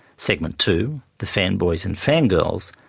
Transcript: segment two the fan boys and fan girls,